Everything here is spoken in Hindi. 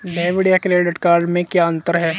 डेबिट या क्रेडिट कार्ड में क्या अन्तर है?